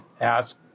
ask